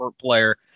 player